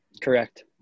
Correct